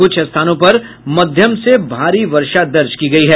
कुछ स्थानों पर मध्यम से भारी वर्षा दर्ज की गयी है